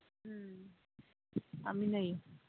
ꯎꯝ ꯀꯥꯃꯤꯟꯅꯩꯌꯦ